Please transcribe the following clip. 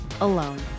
alone